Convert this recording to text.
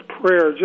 prayer